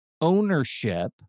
ownership